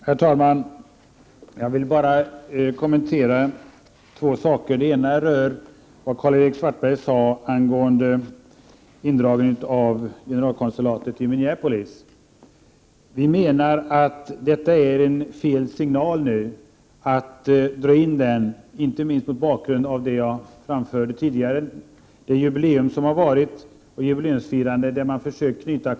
Herr talman! Jag vill bara kommentera två saker. Den ena rör det som Karl-Erik Svartberg sade angående indragningen av generalkonsulatet i Minneapolis. Vi menar att det är en felaktig signal att nu dra in det konsulatet. Det är felaktigt inte minst mot bakgrund av det som jag nämnde tidigare: jubileumsfirandet och de kontakter man i samband därmed försökt knyta.